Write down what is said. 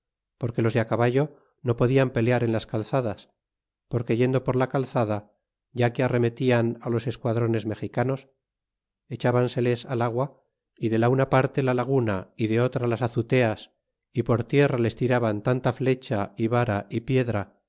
porque los de caballo no podian pelear en las calzadas porque yendo por la calzada ya que arremetian los esquadrones mexicanos echabanseles al agua y de la una parte la laguna y de otra azuteas y por tierra les tiraban tanta flecha y vara y piedra